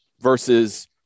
versus